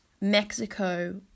Mexico